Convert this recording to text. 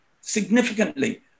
significantly